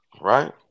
right